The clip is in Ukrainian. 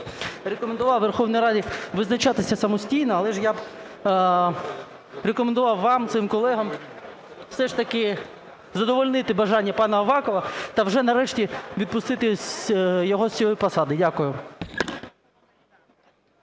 рекомендував Верховній Раді визначатися самостійно. Але ж я б рекомендував вам, своїм колегам, все ж таки задовольнити бажання пана Авакова та вже нарешті відпустити його з цієї посади. Дякую.